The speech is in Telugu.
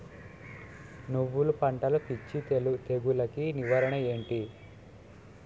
నువ్వులు పంటలో పిచ్చి తెగులకి నివారణ ఏంటి?